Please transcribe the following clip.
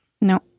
No